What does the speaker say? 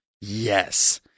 yes